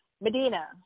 Medina